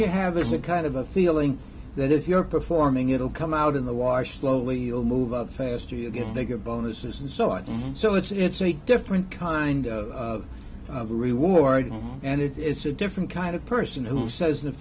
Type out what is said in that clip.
you have there's a kind of a feeling that if you're performing it'll come out in the water slowly you'll move up faster you get bigger bonuses and so on so it's it's a different kind of a reward and it's a different kind of person who says